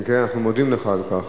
כן, אנחנו מודים לך על כך.